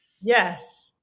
Yes